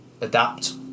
adapt